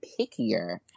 pickier